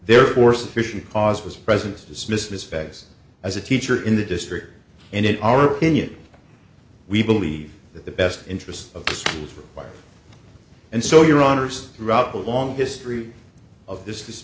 therefore sufficient cause was present dismissed as fast as a teacher in the district and it our opinion we believe that the best interests of the schools require and so your honors throughout a long history of this t